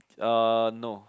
uh no